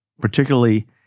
particularly